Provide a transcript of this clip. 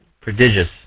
Prodigious